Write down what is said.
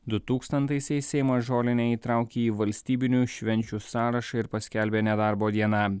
du tūkstantaisiais seimas žolinę įtraukė į valstybinių švenčių sąrašą ir paskelbė nedarbo diena